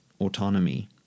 autonomy